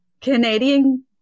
Canadian